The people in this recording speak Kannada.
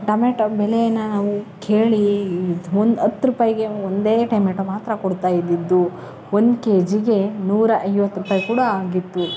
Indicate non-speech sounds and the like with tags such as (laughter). ಟೊಮೆಟೊ ಬೆಲೆ ನಾವು ಕೇಳೀ (unintelligible) ಒಂದು ಹತ್ತು ರೂಪಾಯಿಗೆ ಒಂದೇ ಟೊಮೆಟೊ ಮಾತ್ರ ಕೊಡ್ತಾಯಿದ್ದಿದ್ದು ಒಂದು ಕೆಜಿಗೆ ನೂರ ಐವತ್ತು ರೂಪಾಯಿ ಕೂಡ ಆಗಿತ್ತು